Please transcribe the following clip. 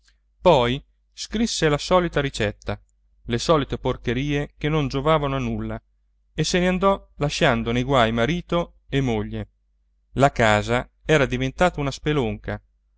poi scrisse la solita ricetta le solite porcherie che non giovavano a nulla e se ne andò lasciando nei guai marito e moglie la casa era diventata una spelonca